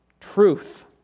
truth